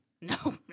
No